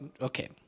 okay